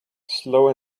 slow